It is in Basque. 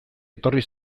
etorri